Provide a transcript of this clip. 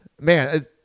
man